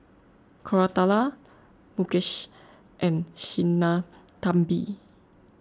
Koratala Mukesh and Sinnathamby